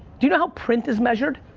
do you know how print is measured?